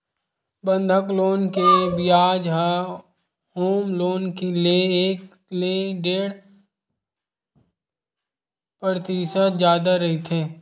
बंधक लोन के बियाज ह होम लोन ले एक ले डेढ़ परतिसत जादा रहिथे